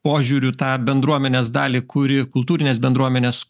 požiūriu tą bendruomenės dalį kuri kultūrinės bendruomenės